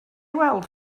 weld